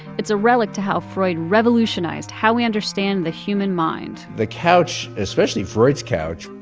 it's a relic to how freud revolutionized how we understand the human mind the couch, especially freud's couch,